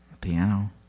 Piano